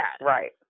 right